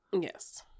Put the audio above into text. Yes